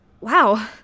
wow